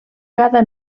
cada